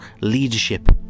leadership